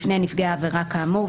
לפני נפגע עבירה כאמור,